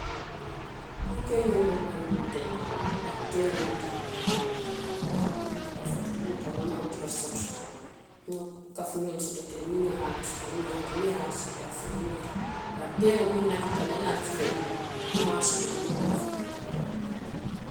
Teeri fula le be n bulu niŋ i bee mu fulaŋ ne ti; teeri fula le be n bulu n niŋ i bee mu fulaŋ ne ti, n bee ye sanji taŋ saba niŋ wooro le domo.